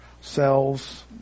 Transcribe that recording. Cells